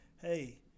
Hey